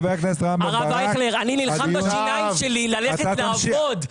הרב אייכלר, אני נלחם בשיניים שלי כדי ללכת לעבוד.